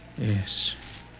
Yes